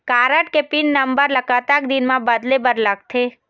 Card के pin number ला कतक दिन म बदले बर लगथे?